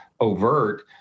overt